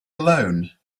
alone